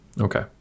Okay